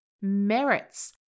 merits